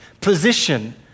position